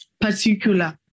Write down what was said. particular